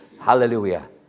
Hallelujah